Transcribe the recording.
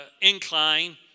incline